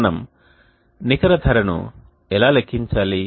మనము నికర ధరను ఎలా లెక్కించాలి